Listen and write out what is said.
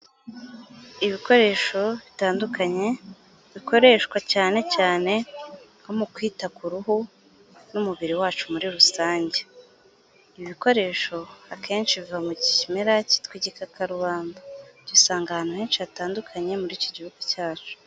Ibikoresho bitandukanye, bikoreshwa cyane cyane nko mu kwita ku ruhu n'umubiri wacu muri rusange. Ibikoresho akenshi biva mu kimera cyitwa igikakarubamba. Dusanga ahantu henshi hatandukanye, muri iki gihugu cyacu.